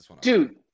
Dude